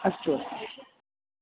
अस्तु अस्तु